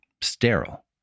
sterile